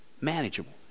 manageable